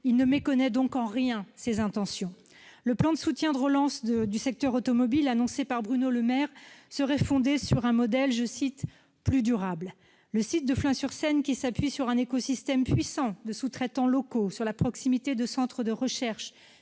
il ne méconnaît donc en rien ses intentions. Le plan de soutien et de relance du secteur automobile annoncé par Bruno Le Maire serait fondé sur un modèle « plus durable ». Le site de Flins-sur-Seine, qui s'appuie sur un écosystème puissant de sous-traitants locaux, sur la proximité d'un centre de recherche